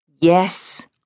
Yes